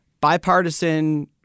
bipartisan